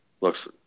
Looks